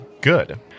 good